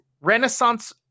Renaissance